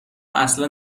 اصلا